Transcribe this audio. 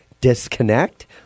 disconnect